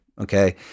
okay